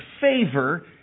favor